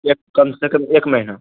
ایک کم سے کم ایک مہینہ